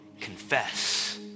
confess